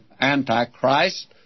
Antichrist